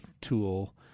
tool